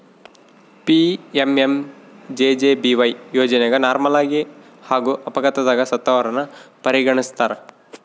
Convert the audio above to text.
PMMJJBY ಯೋಜನೆಗ ನಾರ್ಮಲಾಗಿ ಹಾಗೂ ಅಪಘಾತದಗ ಸತ್ತವರನ್ನ ಪರಿಗಣಿಸ್ತಾರ